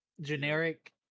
Generic